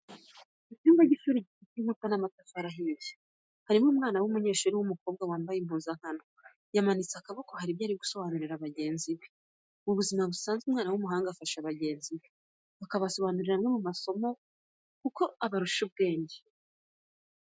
Icyumba cy'ishuri gifite inkuta z'amatafari ahiye, harimo umwana w'umunyeshuri w'umukobwa, wambaye impuzankano, yamanitse akaboko hari ibyo ari gusobanurira bagenzi be. Mu buzima busanzwe umwana w'umuhanga afasha bagenzi be, akabasobanurira amwe mu masomo kuko aba abarusha ubwenge.